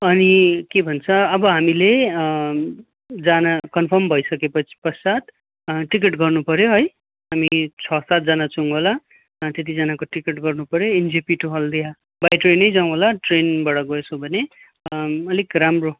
अनि के भन्छ अब हामीले जान कन्फर्म भइसके पछि पश्चात टिकट गर्नुपऱ्यो है अनि छ सातजना छौँ होला त्यतिजनाको टिकट गर्नुपऱ्यो NJP to Haldia by train नै जाउँ होला ट्रेनबाट गोएछ भने अलिक राम्रो